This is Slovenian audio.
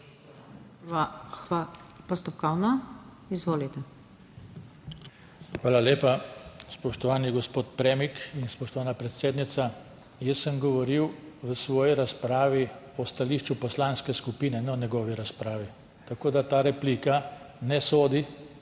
Izvolite. **JOŽE TANKO (PS SDS):** Hvala lepa. Spoštovani gospod Premik in spoštovana predsednica, jaz sem govoril v svoji razpravi o stališču poslanske skupine, ne o njegovi razpravi. Tako da ta replika ne sodi